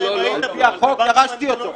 על פי החוק ירשתי אותו,